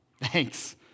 thanks